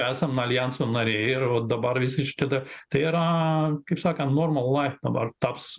esam aljanso nariai ir vat dabar visi šitie da tai yra kaip sakant normal laif dabar taps